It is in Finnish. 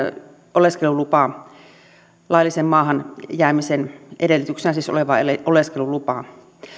oleskelulupaa siis laillisen maahan jäämisen edellytyksenä olevaa oleskelulupaa